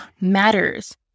matters